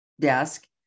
desk